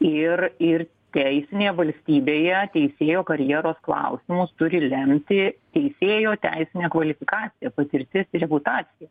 ir ir teisinėje valstybėje teisėjo karjeros klausimus turi lemti teisėjo teisinė kvalifikacija patirtis ir reputacija